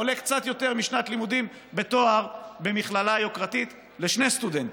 זה עולה קצת יותר משנת לימודים בתואר במכללה יוקרתית לשני סטודנטים.